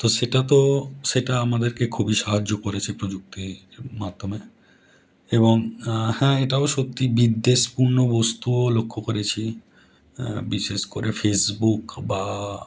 তো সেটা তো সেটা আমাদেরকে খুবই সাহায্য করেছে প্রযুক্তির মাধ্যমে এবং হ্যাঁ এটাও সত্যি বিদ্বেষপূর্ণ বস্তুও লক্ষ্য করেছি বিশেষ করে ফেসবুক বা